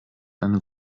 eine